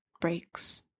breaks